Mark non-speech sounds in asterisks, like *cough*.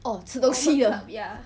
哦吃东西的 *laughs*